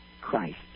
Christ